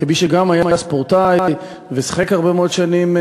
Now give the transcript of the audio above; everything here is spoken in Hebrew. כמי שגם היה ספורטאי ושיחק הרבה מאוד שנים,